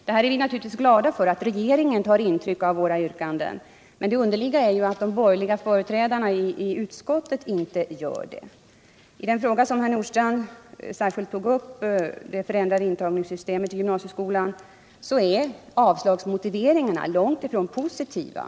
Vi är naturligtvis glada för att regeringen tar intryck av våra yrkanden, men det underliga är att de borgerliga företrädarna i utskottet inte gör det. I den fråga som herr Nordstrandh särskilt tog upp, dvs. det förändrade intagningssystemet i gymnasieskolan, är motiveringarna för avslag på vårt yrkande långtifrån positiva.